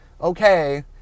okay